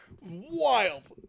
Wild